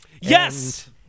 Yes